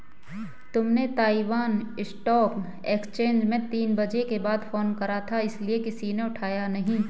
तुमने Taiwan stock exchange में तीन बजे के बाद फोन करा था इसीलिए किसी ने उठाया नहीं